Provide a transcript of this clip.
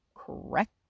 correct